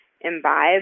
imbibe